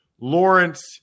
Lawrence